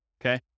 Okay